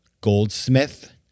Goldsmith